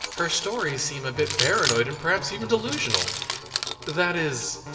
her stories seem a bit paranoid and perhaps even delusional that is.